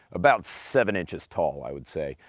about seven inches tall, i would say.